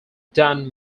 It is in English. done